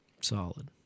solid